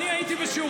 אני לא יודע איזה שר